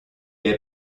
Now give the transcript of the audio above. est